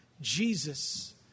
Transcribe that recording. Jesus